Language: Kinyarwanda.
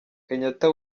kenyatta